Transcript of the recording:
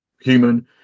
human